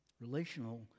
Relational